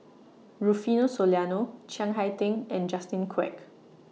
Rufino Soliano Chiang Hai Ding and Justin Quek